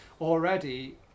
already